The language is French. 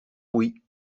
oui